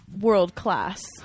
world-class